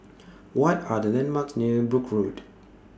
What Are The landmarks near Brooke Road